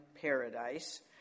paradise